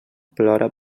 plora